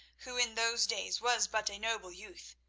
who in those days was but a noble youth,